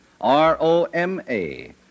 R-O-M-A